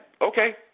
okay